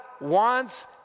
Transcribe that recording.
wants